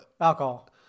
Alcohol